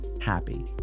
happy